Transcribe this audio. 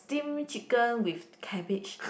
steam chicken with cabbage